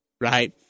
right